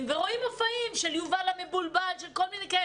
ורואים מופעים של יובל המבולבל וכדו',